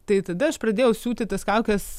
tai tada aš pradėjau siūti tas kaukes